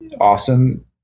awesome